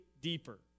deeper